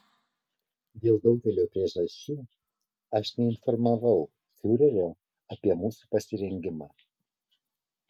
dėl daugelio priežasčių aš neinformavau fiurerio apie mūsų pasirengimą